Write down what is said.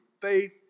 faith